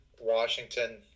Washington